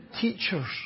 teachers